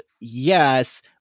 yes